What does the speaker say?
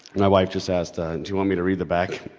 my wife just asked do you want me to read the back.